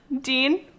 dean